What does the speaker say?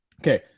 Okay